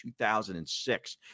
2006